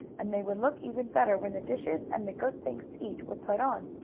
and they would look even better when the dishes, and the good things to eat, were put on.